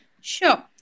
Sure